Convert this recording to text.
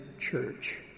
Church